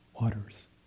waters